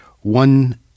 One